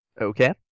okay